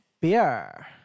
beer